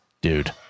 Dude